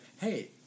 hey